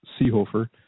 Seehofer